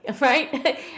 right